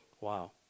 Wow